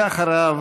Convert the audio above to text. ואחריו,